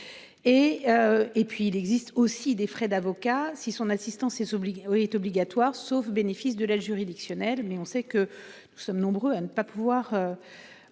Et puis il existe aussi des frais d'avocat si son assistant ses obligations est obligatoire sauf bénéfice de l'aide juridictionnelle. Mais on sait que nous sommes nombreux à ne pas pouvoir.